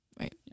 Right